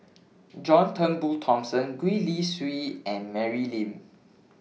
John Turnbull Thomson Gwee Li Sui and Mary Lim